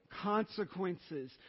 consequences